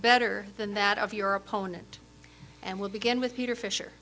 better than that of your opponent and we'll begin with peter fisher